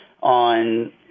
on